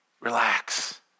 Relax